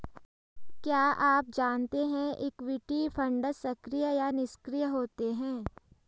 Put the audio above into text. क्या आप जानते है इक्विटी फंड्स सक्रिय या निष्क्रिय होते हैं?